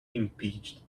impeached